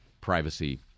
privacy